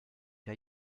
der